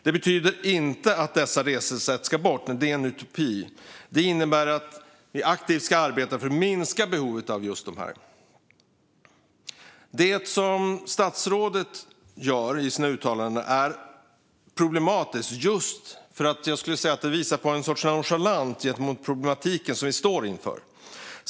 Det betyder inte att dessa resesätt ska bort - det är en utopi. Det innebär att vi aktivt ska arbeta för att minska behovet av just dem. Det som gör statsrådets uttalande så problematiskt är just att det visar på en nonchalans gentemot problematiken vi står inför.